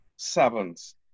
Sevens